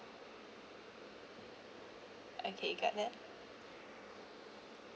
okay got it